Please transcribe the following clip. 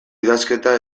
idazketa